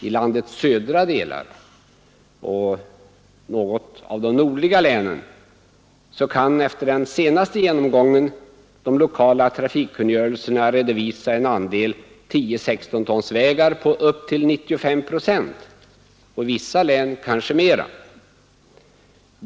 I landets södra delar och i något av de nordliga länen kan efter den senaste genomgången de lokala trafikkungörelserna redovisa en andel av 10/16 tons vägar på upp till 95 procent, och i vissa län kanske mera.